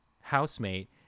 housemate